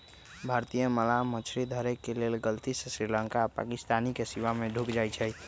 भारतीय मलाह मछरी धरे के लेल गलती से श्रीलंका आऽ पाकिस्तानके सीमा में ढुक जाइ छइ